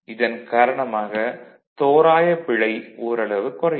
இதன் காரணமாக தோராய பிழை ஓரளவு குறையும்